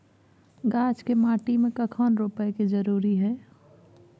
गाछ के माटी में कखन रोपय के जरुरी हय?